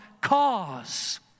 cause